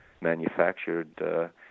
manufactured